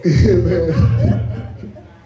Amen